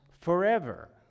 forever